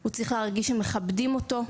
הוא צריך להרגיש שמכבדים אותו,